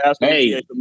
Hey